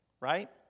right